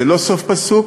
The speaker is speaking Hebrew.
זה לא סוף פסוק.